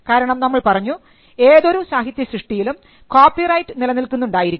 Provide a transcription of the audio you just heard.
കാരണം നമ്മൾ പറഞ്ഞു ഏതൊരു സാഹിത്യസൃഷ്ടിയിലും കോപ്പിറൈറ്റ് നിലനിൽക്കുന്നുണ്ടായിരിക്കും